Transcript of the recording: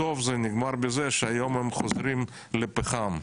בסוף זה נגמר בזה שהיום הם חוזרים לפחם.